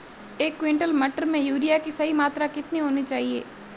एक क्विंटल मटर में यूरिया की सही मात्रा कितनी होनी चाहिए?